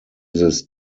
this